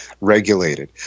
regulated